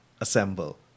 Assemble